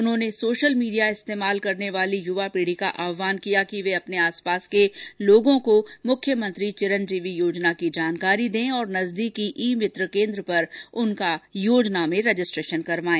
उन्होंने social media इस्तेमाल करने वाली युवा पीढ़ी का आहवान किया है कि वे अपने आसपास के लोगों को मुख्यमंत्री चिरंजीवी योजना की जानकारी दें और नजदीकी ई मित्र केन्द्र पर उनका योजना में रजिस्ट्रेशन करवाएं